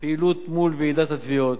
פועל מול ועידת התביעות,